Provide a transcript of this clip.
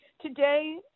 Today